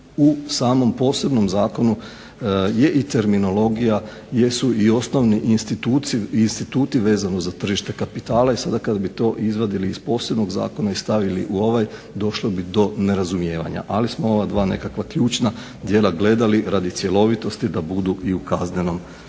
u samom posebnom zakonu je i terminologija, jesu i osnovni instituti vezani za tržište kapitala. I sada kad bi to izvadili iz posebnog zakona i stavili u ovaj došlo bi do nerazumijevanja, ali smo ova dva nekakva ključna djela gledali radi cjelovitosti da budu i u Kaznenom